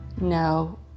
no